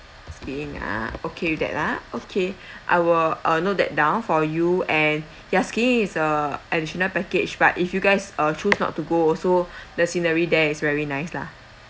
skiing ah okay with that ah okay I will uh note that down for you and ya skiing is a additional package but if you guys uh choose not to go also the scenery there is very nice lah